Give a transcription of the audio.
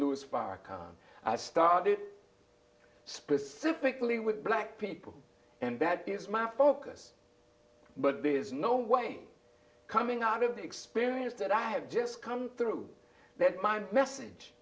farrakhan started specifically with black people and that is my focus but there is no way coming out of the experience that i have just come through that my message